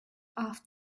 off